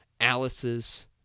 Alice's